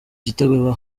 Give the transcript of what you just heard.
igitego